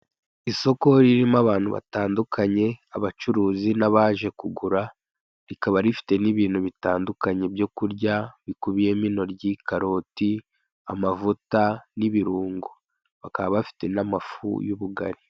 Isoko ririmo abantu batandukanye, abacuruzi n'abaje kugura, rikaba rifite n'ibintu bitandukanye byo kurya, bikubiyemo intoryi, karoti, amavuta n'ibirungo. Bakaba bafite n'amafu y'ubugali.